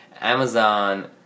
Amazon